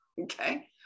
okay